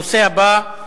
הנושא הבא: